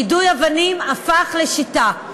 יידוי אבנים הפך לשיטה,